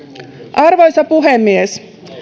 arvoisa puhemies